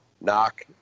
knock